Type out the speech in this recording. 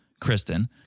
Kristen